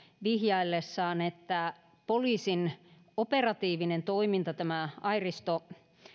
vihjaillessaan että poliisin operatiivinen toiminta tämä airisto